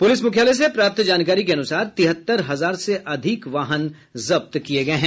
police मुख्यालय से प्राप्त जानकारी के अनुसार तिहत्तर हजार से अधिक वाहनों को जब्त किया गया है